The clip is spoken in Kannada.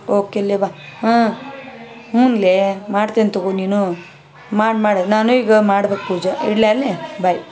ಓಕೆ ಇಲ್ಲೆ ಬಾ ಹಾಂ ಹ್ಞೂ ಲೇ ಮಾಡ್ತೇನೆ ತಗೊ ನೀನು ಮಾಡು ಮಾಡು ನಾನು ಈಗ ಮಾಡ್ಬೇಕು ಪೂಜೆ ಇಡ್ಲ ಅಲ್ಲಿ ಬಾಯ್